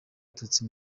abatutsi